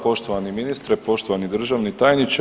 Poštovani ministre, poštovani državni tajniče.